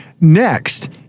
next